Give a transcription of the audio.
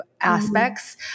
aspects